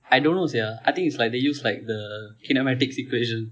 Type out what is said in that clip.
I don't know sia I think it's like they use like the kinematics equation